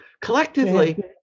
collectively